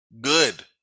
good